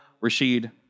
Rashid